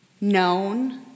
known